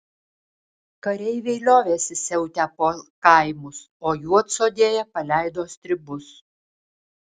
kareiviai liovėsi siautę po kaimus o juodsodėje paleido stribus